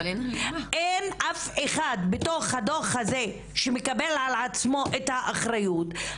אין אף אחד בתוך הדוח הזה שמקבל על עצמו את האחריות.